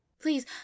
please